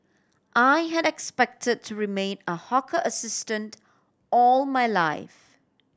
I had expected to remain a hawker assistant all my life